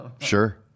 sure